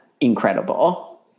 incredible